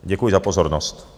Děkuji za pozornost.